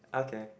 okay